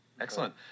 excellent